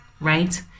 right